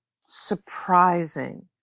Surprising